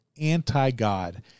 anti-God